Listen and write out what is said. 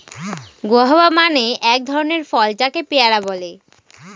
guava মানে এক ধরনের ফল যাকে পেয়ারা বলে